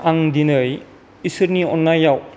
आं दिनै इसोरनि अननायाव